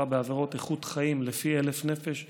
בעבירות איכות חיים לפי 1,000 נפש,